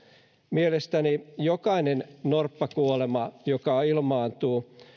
mielestäni jokainen norppakuolema joka ilmaantuu